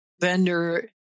vendor